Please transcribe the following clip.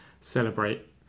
celebrate